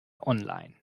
online